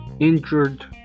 injured